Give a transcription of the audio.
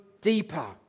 deeper